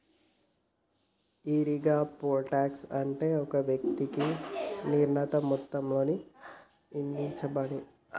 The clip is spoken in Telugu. ఈరిగా, పోల్ టాక్స్ అంటే ఒక వ్యక్తికి నిర్ణీత మొత్తంలో ఇధించేపన్ను